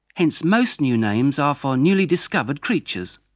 hence most new names are for newly discovered creatures.